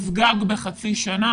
אז גג בחצי שנה.